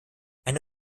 eine